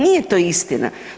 Nije to istina.